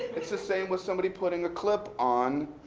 it's the same with somebody putting a clip on